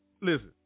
listen